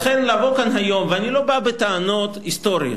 לכן, לבוא היום, ואני לא בא בטענות היסטוריות,